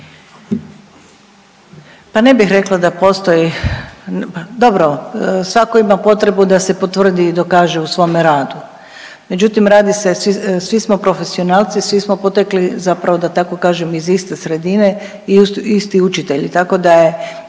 Pa ne bih rekla da postoji, dobro svako ima potrebu da se potvrdi i dokaže u svome radu, međutim radi se, svi smo profesionalci, svi smo potekli zapravo da tako kažem iz iste sredine i isti učitelji, tako da je,